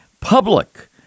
public